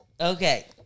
Okay